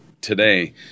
today